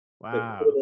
Wow